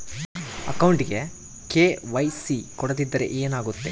ಅಕೌಂಟಗೆ ಕೆ.ವೈ.ಸಿ ಕೊಡದಿದ್ದರೆ ಏನಾಗುತ್ತೆ?